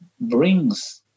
brings